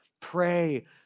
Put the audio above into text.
Pray